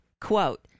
Quote